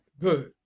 good